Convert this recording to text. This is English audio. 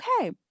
okay